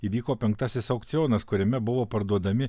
įvyko penktasis aukcionas kuriame buvo parduodami